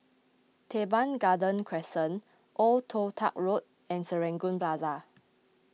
Teban Garden Crescent Old Toh Tuck Road and Serangoon Plaza